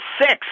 six